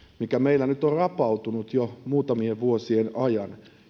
mikä meillä nyt on rapautunut jo muutamien vuosien ajan